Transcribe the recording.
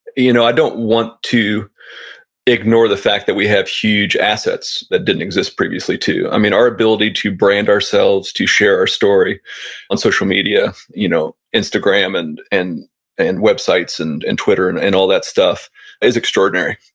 you know i don't want to ignore the fact that we have huge assets that didn't exist previously too. i mean our ability to brand ourselves, ourselves, to share our story on social media, you know instagram, and and and websites, and and twitter and and all that stuff is extraordinary.